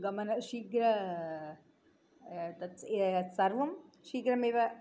गमनं शीघ्रं तत्सर्वं शीघ्रमेव